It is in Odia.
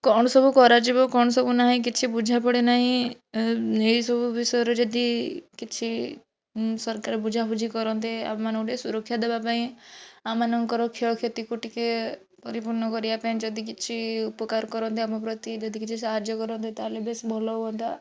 କ'ଣ ସବୁ କରାଯିବ କ'ଣ ସବୁ ନାହିଁ କିଛି ବୁଝାପଡ଼େ ନାହିଁ ଏଇସବୁ ବିଷୟରେ ଯଦି କିଛି ସରକାର ବୁଝାବୁଝି କରନ୍ତେ ଆମମାନଙ୍କୁ ଟିକିଏ ସୁରକ୍ଷା ଦେବାପାଇଁ ଆମମାନଙ୍କର କ୍ଷୟକ୍ଷତିକୁ ଟିକିଏ ପରିପୂର୍ଣ୍ଣ କରିବାପାଇଁ ଯଦି କିଛି ଉପକାର କରନ୍ତେ ଆମ ପ୍ରତି ଯଦି କିଛି ସାହାଯ୍ୟ କରନ୍ତେ ତାହେଲେ ବେଶ୍ ଭଲ ହୁଅନ୍ତା